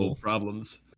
problems